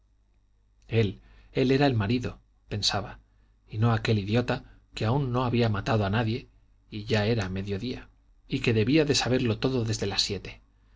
él él era el marido pensaba y no aquel idiota que aún no había matado a nadie y ya era medio día y que debía de saberlo todo desde las siete